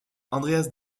andreas